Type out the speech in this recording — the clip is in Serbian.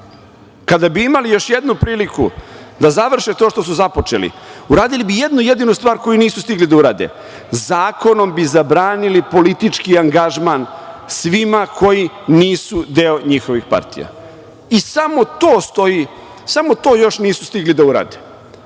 stav. Kada bi imali još jednu priliku da završe to što su započeli, uradili bi jednu jedinu stvar koji nisu stigli da urade. Zakonom bi zabranili politički angažman svima koji nisu deo njihovih partija. I samo to još nisu stigli da urade.